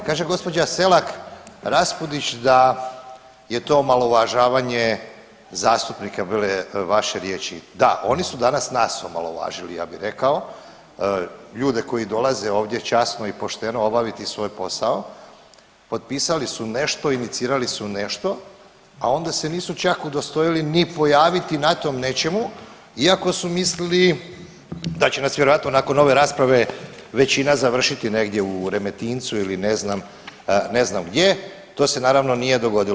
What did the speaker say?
Kaže gđa. Selak Raspudić da je to omalovažavanje zastupnika, bile vaše riječi, da, oni su danas nas omalovažili ja bih rekao, ljude koji dolaze ovdje časno i pošteno obaviti svoj posao, potpisali su nešto, inicirali su nešto, a onda se nisu čak udostojili ni pojaviti na tom nečemu iako su mislili da će nas vjerojatno nakon ove rasprave većina završiti negdje u Remetincu ili ne znam, ne znam gdje, to se naravno nije dogodilo.